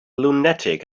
lunatic